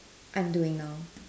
I'm doing now